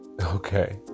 Okay